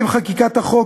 עם חקיקת החוק,